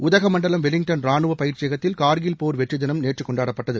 Udhagamandalam Wellington ராணுவ பயிற்சியகத்தில் கார்கில் போர் வெற்றி தினம் நேற்று கொண்டாடப்பட்டது